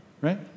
right